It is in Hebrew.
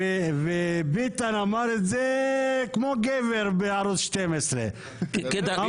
וביטן אמר את זה כמו גבר בערוץ 12. כדרכו.